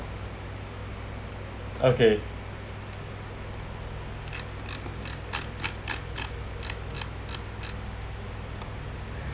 okay